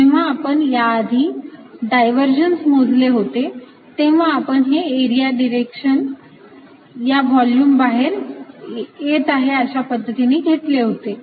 जेव्हा आपण या आधी डायव्हर्जन्स मोजले होते तेव्हा आपण हे एरिया डिरेकशन या व्हॉल्युम बाहेर येत आहे अशा पद्धतीने घेतले होते